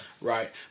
Right